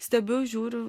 stebiu žiūriu